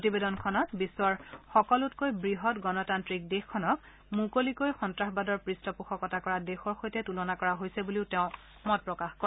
প্ৰতিবেদনতখনত বিশ্বৰ সকলোতকৈ বৃহৎ গণতান্ত্ৰিক দেশখনক মুকলিকৈ সন্নাসবাদৰ পৃষ্ঠপোষকতা কৰা দেশৰ সৈতে তুলনা কৰা হৈছে বুলিও তেওঁ মত প্ৰকাশ কৰে